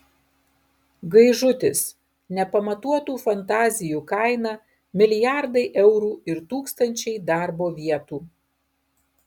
gaižutis nepamatuotų fantazijų kaina milijardai eurų ir tūkstančiai darbo vietų